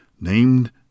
named